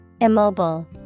Immobile